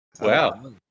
wow